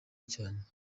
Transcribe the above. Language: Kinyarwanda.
cyane